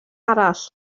arall